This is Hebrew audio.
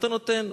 ואתה נותן.